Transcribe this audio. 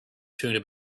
chewing